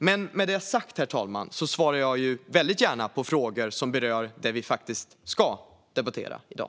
Men med det sagt, herr talman, svarar jag väldigt gärna på frågor som berör det vi faktiskt ska debattera i dag.